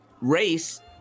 race